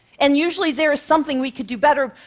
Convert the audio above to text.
and usually, there is something we could do better,